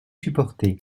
supporter